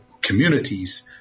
communities